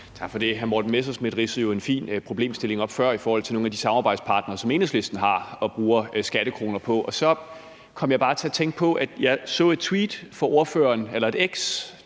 Tak for det. Hr. Morten Messerschmidt ridsede jo en fin problemstilling op før i forhold til nogle af de samarbejdspartnere, som Enhedslisten har og bruger skattekroner på. Så kom jeg bare til at tænke på, at jeg i går så et tweet fra ordføreren – eller et x,